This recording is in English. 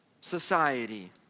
society